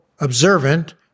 observant